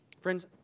Friends